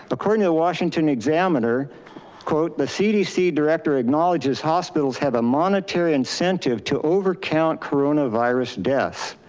according to the washington examiner quote, the cdc director acknowledges hospitals have a monetary incentive to over count coronavirus deaths.